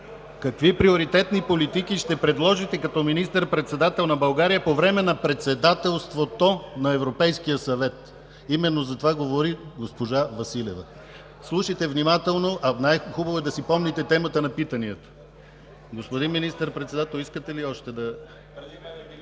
какви приоритетни политики ще предложите като министър-председател на България по време на председателството на Европейския съвет? Именно затова говори госпожа Василева. Слушайте внимателно, а най-хубаво е да си помните темата на питанията. Господин Министър-председател искате ли още да…